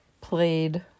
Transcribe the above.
played